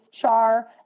char